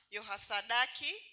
Yohasadaki